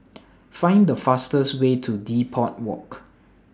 Find The fastest Way to Depot Walk